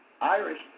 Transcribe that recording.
Irish